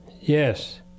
Yes